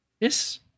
Yes